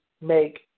make